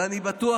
ואני בטוח,